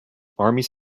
armies